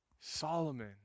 Solomon